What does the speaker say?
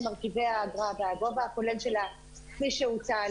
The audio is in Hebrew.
מרכיבי האגרה והגובה הכולל שלה כפי שהוצע,